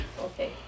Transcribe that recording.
Okay